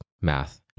math